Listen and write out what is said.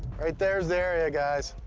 right there's the area, guys.